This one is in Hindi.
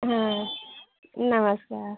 हाँ नमस्कार